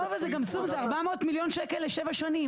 לא אבל זה גם כלום, זה 400 מיליון ₪ לשבע שנים.